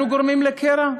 אנחנו גורמים לקרע,